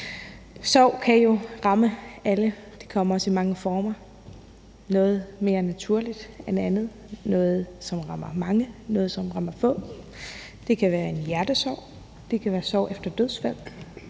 Sorg kan jo ramme alle, og det kommer også i mange former. Noget er mere naturligt end andet. Der er noget, som rammer mange, og der er noget, som rammer få. Det kan være en hjertesorg, det kan være sorg efter dødsfald,